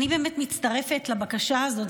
אני מצטרפת לבקשה הזאת,